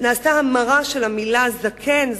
נעשתה המרה של המלים "זקן",